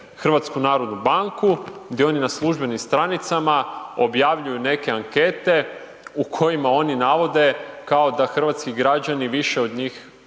onda imate HNB gdje oni na službenim stranicama objavljuju neke ankete u kojima oni navode kao da hrvatski građani, više od njih